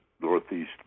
northeast